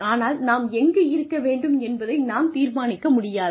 ஆனால் நாம் எங்கு இருக்க வேண்டும் என்பதை நாம் தீர்மானிக்க முடியாது